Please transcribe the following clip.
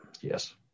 yes